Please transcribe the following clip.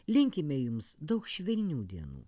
linkime jums daug švelnių dienų